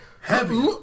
heavy